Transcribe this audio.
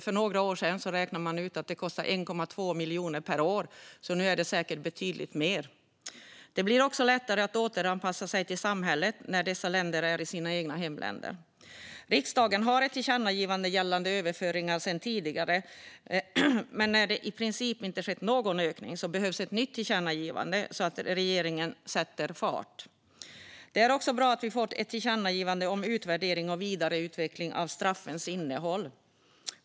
För några år sedan räknade man ut att det kostar 1,2 miljoner per år, men nu är det säkert betydligt mer. Det blir också lättare att återanpassa sig till samhället när dessa personer är i sina egna hemländer. Riksdagen har ett tillkännagivande gällande överföringar sedan tidigare, men då det i princip inte skett någon ökning behövs ett nytt tillkännagivande så att regeringen sätter fart. Det är också bra att vi får ett tillkännagivande om utvärdering och vidareutveckling av straffens innehåll.